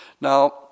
Now